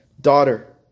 Daughter